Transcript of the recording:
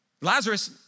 Lazarus